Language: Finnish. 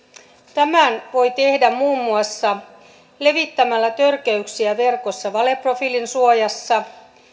tämän voi tehdä muun muassa levittämällä törkeyksiä verkossa valeprofiilin suojassa